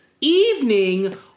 Evening